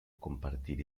compartir